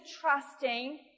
trusting